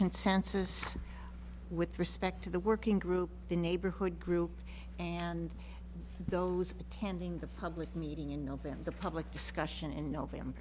consensus with respect to the working group the neighborhood group and those attending the public meeting in november the public discussion in november